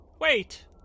Wait